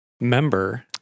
member